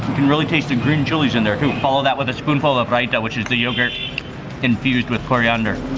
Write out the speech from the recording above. you can really taste the green chiles in there too. follow that with a spoonful of raita, which is the yogurt infused with coriander.